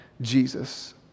Jesus